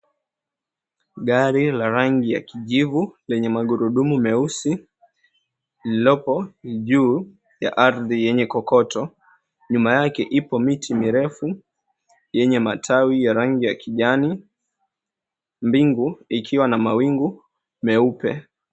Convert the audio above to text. Gari la rangi ya kijivu lenye magurudumu meusi lipo juu ya ardhi yenye kokoto. Nyuma yake ipo miti mirefu yenye matawi ya rangi ya kijani. Mbingu ikiwa na mawingu meupe.